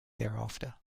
thereafter